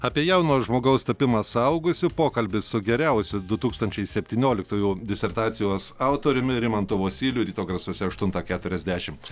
apie jauno žmogaus tapimą suaugusiu pokalbis su geriausiu du tūkstančiai septynioliktųjų disertacijos autoriumi rimantu vosyliu ryto grasuose aštuntą keturiasdešimt